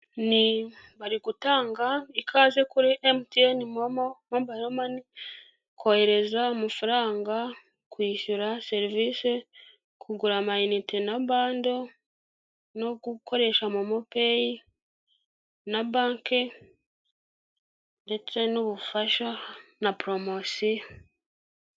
Ni bari gutanga ikaze kuri MTN momo, mobayilo mani, kohereza amafaranga, kwishyura serivisi, kugura amayinite na bando no gukoresha momo peyi na banki ndetse n'ubufasha na poromosiyo.